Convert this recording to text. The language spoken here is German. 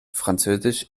französisch